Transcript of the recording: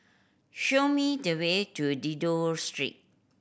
show me the way to Dido Street